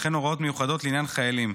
וכן הוראות מיוחדות לעניין חיילים.